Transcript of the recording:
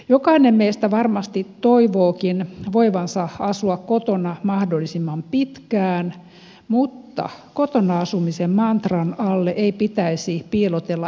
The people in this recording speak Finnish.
jokainen meistä varmasti toivookin voivansa asua kotona mahdollisimman pitkään mutta kotona asumisen mantran alle ei pitäisi piilotella ikäviä tosiasioita